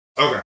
Okay